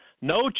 no